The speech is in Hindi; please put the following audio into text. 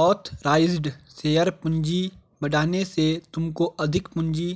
ऑथराइज़्ड शेयर पूंजी बढ़ाने से तुमको अधिक पूंजी